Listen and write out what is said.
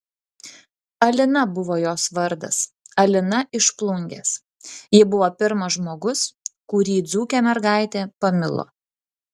alina buvo jos vardas alina iš plungės ji buvo pirmas žmogus kurį dzūkė mergaitė pamilo